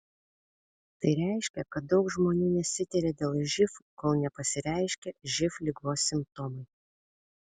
tai reiškia kad daug žmonių nesitiria dėl živ kol nepasireiškia živ ligos simptomai